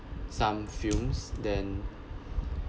some films then